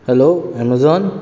hello amazon